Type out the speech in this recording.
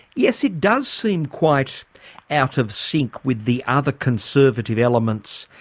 yes, it does seem quite out of sync with the other conservative elements,